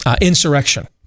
insurrection